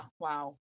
wow